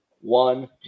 one